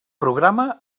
programa